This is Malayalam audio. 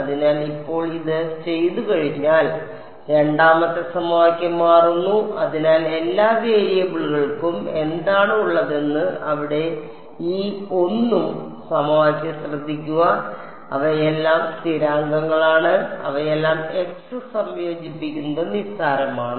അതിനാൽ ഇപ്പോൾ ഇത് ചെയ്തുകഴിഞ്ഞാൽ രണ്ടാമത്തെ സമവാക്യം മാറുന്നു അതിനാൽ എല്ലാ വേരിയബിളുകൾക്കും എന്താണ് ഉള്ളതെന്ന് ഇവിടെ ഈ 1 ആം സമവാക്യം ശ്രദ്ധിക്കുക അവയെല്ലാം സ്ഥിരാങ്കങ്ങളാണ് അവയെല്ലാം x സംയോജിപ്പിക്കുന്നത് നിസ്സാരമാണ്